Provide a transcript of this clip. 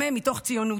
גם הם מתוך ציונות.